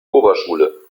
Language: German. oberschule